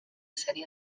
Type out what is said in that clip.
sèrie